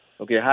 okay